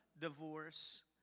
divorce